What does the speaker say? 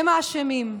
הם האשמים.